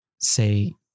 say